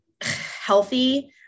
healthy